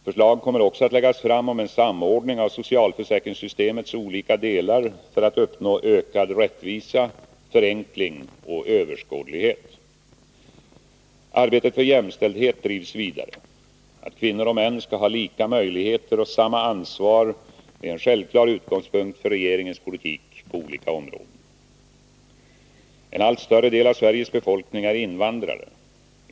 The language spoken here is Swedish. Förslag kommer också att läggas fram om en samordning av socialförsäkringssystemets olika delar för att uppnå ökad rättvisa, förenkling och överskådlighet. Arbetet för jämställdhet drivs vidare. Att kvinnor och män skall ha lika möjligheter och samma ansvar är en självklar utgångspunkt för regeringens politik på olika områden. En allt större del av Sveriges befolkning är invandrare.